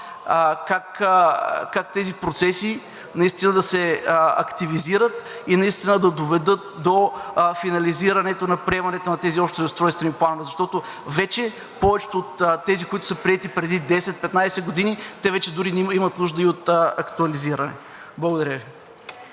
как тези процеси наистина да се активизират и наистина да доведат до финализирането на приемането на тези общи устройствени планове, защото вече повечето от тези, които са приети преди 10 – 15 години, те вече дори имат нужда и от актуализиране. Благодаря Ви.